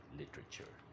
literature